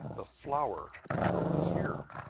the flower groweth here,